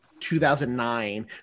2009